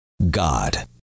God